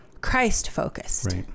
Christ-focused